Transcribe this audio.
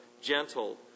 gentle